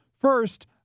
First